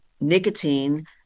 nicotine